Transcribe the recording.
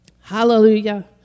hallelujah